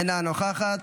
אינה נוכחת,